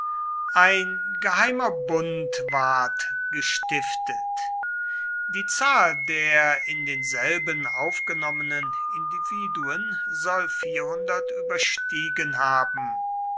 ein geheimer bund ward gestiftet die zahl der in denselben aufgenommenen individuen soll überstiegen haben